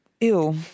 Ew